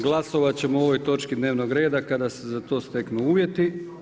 Glasovat ćemo o ovoj točki dnevnog reda kada se za to steknu uvjeti.